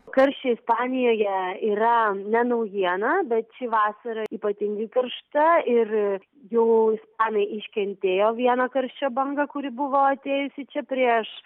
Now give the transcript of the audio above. karščiai ispanijoje yra ne naujiena bet ši vasara ypatingai karšta ir jau ispanai iškentėjo vieną karščio bangą kuri buvo atėjusi čia prieš